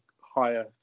higher